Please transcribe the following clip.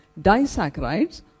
disaccharides